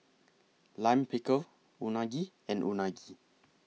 Lime Pickle Unagi and Unagi